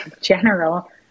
general